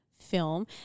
film